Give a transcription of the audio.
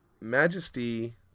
Majesty